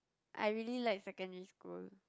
I really like secondary school